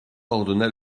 ordonna